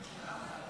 בעד,